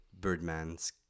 Birdman's